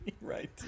right